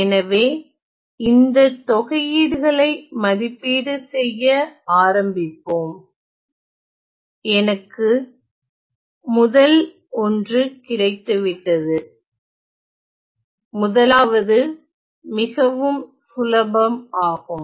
எனவே இந்த தெகையீடுகளை மதிப்பீடு செய்ய ஆரம்பிப்போம் எனக்கு முதல் ஒன்று கிடைத்துவிட்டது முதலாவது மிகவும் சுலபம் ஆகும்